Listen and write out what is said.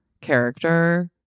character